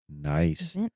Nice